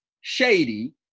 shady